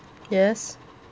yes